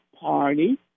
party